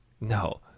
No